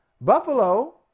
Buffalo